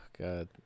God